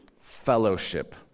fellowship